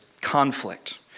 conflict